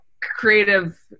creative